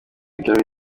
gary